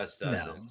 No